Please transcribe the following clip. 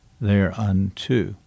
thereunto